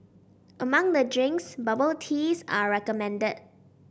among the drinks bubble teas are recommended